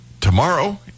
tomorrow